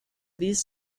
these